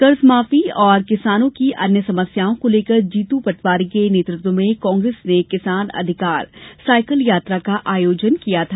कर्ज माफी और किसानों की अन्य समस्याओं को लेकर विधायक जीतू पटवारी के नेतृत्व में कांग्रेस ने किसान अधिकार साइकिल यात्रा का आयोजन किया था